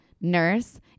Nurse